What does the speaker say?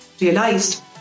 realized